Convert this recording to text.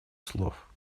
слов